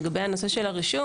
לגבי הנושא של הרישום